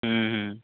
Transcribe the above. ହୁଁ ହୁଁ